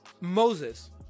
Moses